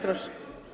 Proszę.